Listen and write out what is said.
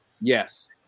Yes